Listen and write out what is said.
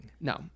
No